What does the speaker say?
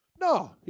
No